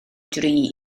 dri